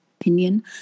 opinion